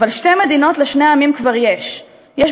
אבל שתי מדינות לשני עמים כבר יש: יש